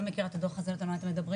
לא מכירה את הדוח הזה ועל מה אתם מדברים,